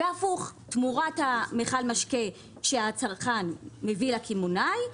והפוך תמורת מכל המשקה שהצרכן מביא לקמעונאי,